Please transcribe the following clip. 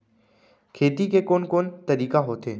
खेती के कोन कोन तरीका होथे?